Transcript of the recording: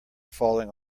falling